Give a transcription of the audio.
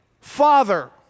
Father